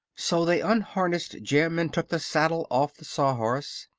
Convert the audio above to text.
so they unharnessed jim and took the saddle off the sawhorse,